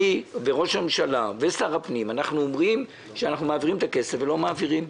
אני וראש הממשלה ושר הפנים אומרים שאנחנו מעבירים את הכסף ולא מעבירים.